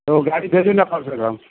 यौ गाड़ी भेजू ने कमसँ कम